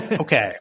Okay